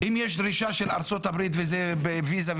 אם יש דרישה מארצות הברית בגלל הוויזה,